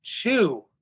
two